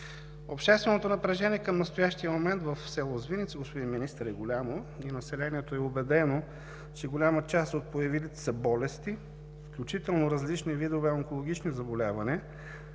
Общественото напрежение към настоящия момент в село Звиница, господин Министър, е голямо и населението е убедено, че голяма част от появилите се болести, включително различни видове онкологични заболявания,